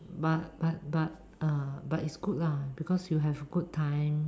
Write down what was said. but but but ah but is good lah because you'll have good time